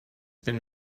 been